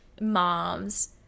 moms